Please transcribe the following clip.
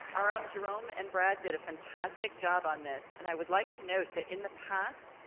our own jerome and brad did a fantastic job on this, and i would like to note that in the past,